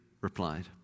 replied